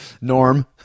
Norm